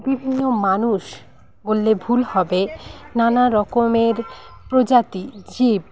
বিভিন্ন মানুষ বললে ভুল হবে নানা রকমের প্রজাতির জীব